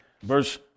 verse